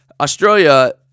Australia